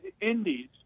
Indies